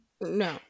no